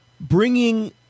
bringing